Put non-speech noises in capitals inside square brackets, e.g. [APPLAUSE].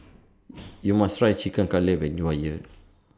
[NOISE] YOU must Try Chicken Cutlet when YOU Are here [NOISE]